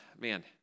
Man